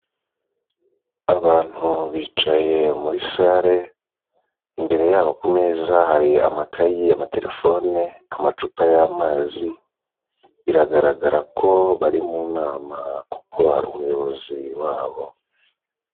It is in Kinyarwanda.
Abantu bicaye muri sare imbere yabo kumeza hari amakayi amaterefone amacupa y'amazi, biragaragara ko bari mu nama kuko hari umuyobozi wabo.